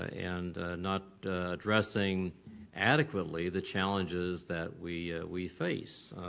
and not addressing adequately the challenges that we we face.